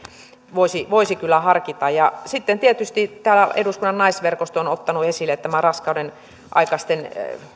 voisi voisi kyllä harkita sitten tietysti eduskunnan naisverkosto on on ottanut esille raskaudenaikaisten